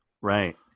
Right